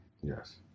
Yes